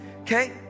Okay